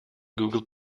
google